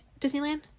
disneyland